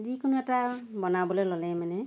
যিকোনো এটা বনাবলৈ ল'লে মানে